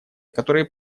которые